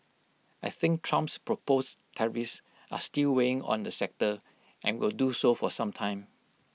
I think Trump's proposed tariffs are still weighing on the sector and will do so for some time